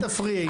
אל תפריעי.